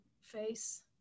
face